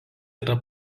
yra